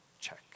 Check